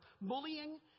bullying